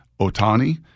Otani